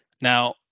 Now